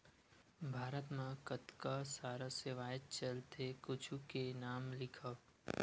भारत मा कतका सारा सेवाएं चलथे कुछु के नाम लिखव?